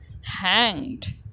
hanged